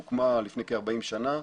הוקמה לפני כ-40 שנה.